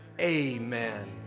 Amen